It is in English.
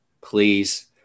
Please